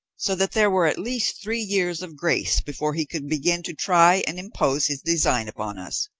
so that there were at least three years of grace before he could begin to try and impose his design upon us.